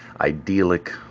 idyllic